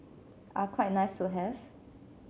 are quite nice to have